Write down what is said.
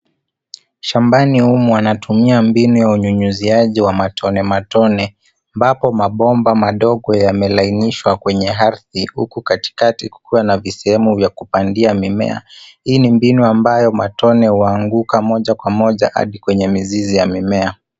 Shambani humu wanatumia mbinu ya unyunyiziaji wa matone matone ambapo mabomba madogo yamelainishwa kwenye ardhi huku katikati kukiwa na visehemu vya kupandia mimea. Hii ni mbinu ambayo matone huanguka moja kwa moja adi kwenye mizizi ya mimea.